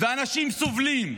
אנשים סובלים.